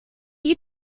you